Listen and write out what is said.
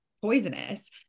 poisonous